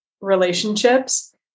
relationships